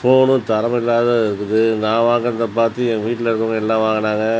ஃபோனும் தரமில்லாததா இருக்குது நான் வாங்கனத பார்த்து என் வீட்டில் இருக்கவங்க எல்லாம் வாங்குனாங்க